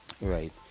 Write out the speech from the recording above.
right